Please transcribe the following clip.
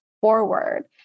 forward